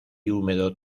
húmedo